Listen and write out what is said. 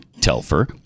Telfer